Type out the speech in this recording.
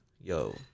yo